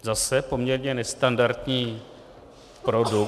Zase poměrně nestandardní produkt.